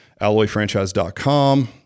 alloyfranchise.com